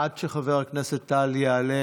עד שחבר כנסת טל יעלה